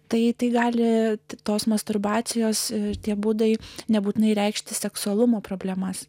tai gali tik tos masturbacijos ir tie būdai nebūtinai reikšti seksualumo problemas